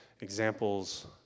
examples